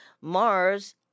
Mars